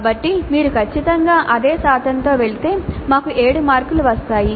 కాబట్టి మీరు ఖచ్చితంగా అదే శాతంతో వెళితే మాకు 7 మార్కులు వస్తాయి